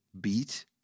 beat